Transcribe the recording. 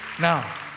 Now